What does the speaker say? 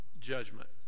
judgment